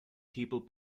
people